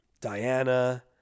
diana